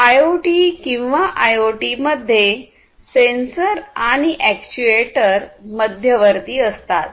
IoT किंवा IIOT मध्ये sensor आणि अॅक्ट्युएटर मध्यवर्ती असतात